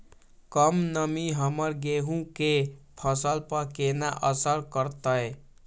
कम नमी हमर गेहूँ के फसल पर केना असर करतय?